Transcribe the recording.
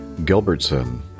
gilbertson